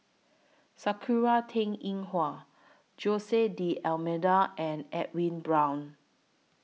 Sakura Teng Ying Hua Jose D'almeida and Edwin Brown